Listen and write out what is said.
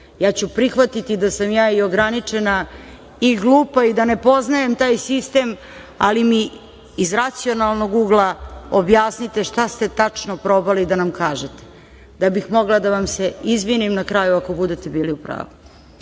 ja ću prihvatiti da sam ja i ograničena i glupa i da ne poznajem taj sistem, ali mi iz racionalnog ugla objasnite šta ste tačno probali da nam kažete da bih mogla da vam se izvinim na kraju ako budete u pravu.